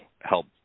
help